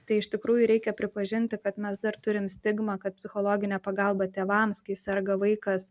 tai iš tikrųjų reikia pripažinti kad mes dar turim stigmą kad psichologinė pagalba tėvams kai serga vaikas